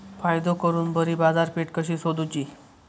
फायदो करून बरी बाजारपेठ कशी सोदुची?